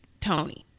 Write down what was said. Tony